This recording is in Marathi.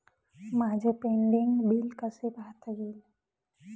माझे पेंडींग बिल कसे पाहता येईल?